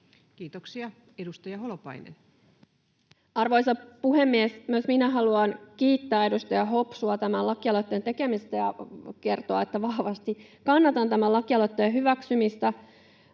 Kiitoksia. — Edustaja Holopainen. Arvoisa puhemies! Myös minä haluan kiittää edustaja Hopsua tämän lakialoitteen tekemisestä ja kertoa, että vahvasti kannatan tämän lakialoitteen hyväksymistä.